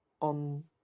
on